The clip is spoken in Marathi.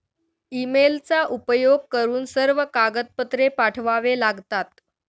ईमेलचा उपयोग करून सर्व कागदपत्रे पाठवावे लागतात